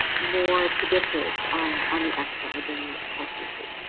more predictors on on the x side than you're accustomed to.